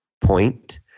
point